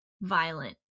violent